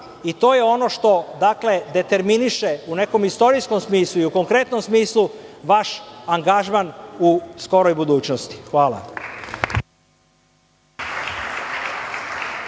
i to je ono što determiniše, u nekom istorijskom smislu i u konkretnom smislu, vaš angažman u skoroj budućnosti. Hvala.